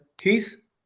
Keith